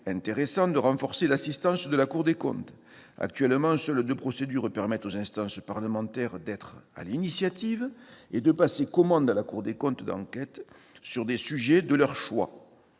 intéressant de renforcer l'assistance de la Cour des comptes. Actuellement, seules deux procédures permettent aux instances parlementaires d'être à l'initiative et de passer commande à la Cour des comptes d'enquêtes sur des sujets de leur choix.